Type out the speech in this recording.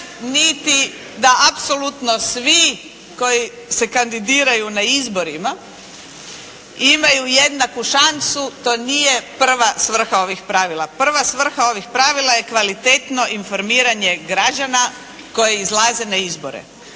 niti da apsolutno svi koji se kandidiraju na izborima imaju jednaku šansu, to nije prva svrha ovih pravila. Prva svrha ovih pravila je kvalitetno informiranje građana koji izlaze na izbore.